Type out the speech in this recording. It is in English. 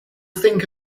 think